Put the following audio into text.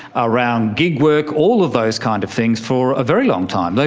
around gig work, all of those kind of things for a very long time, like